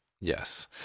Yes